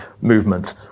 movement